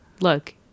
Look